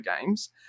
games